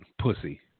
Pussy